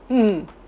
mm